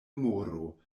moro